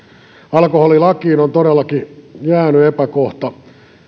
alkoholilakiin on todellakin jäänyt epäkohta